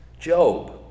Job